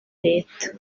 leta